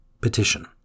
Petition